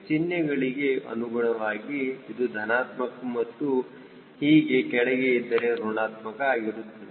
ಚಿಹ್ನೆಗಳಿಗೆ ಅನುಗುಣವಾಗಿ ಇದು ಧನಾತ್ಮಕ ಮತ್ತು ಹೀಗೆ ಕೆಳಗೆ ಇದ್ದರೆ ಋಣಾತ್ಮಕ ಆಗಿರುತ್ತದೆ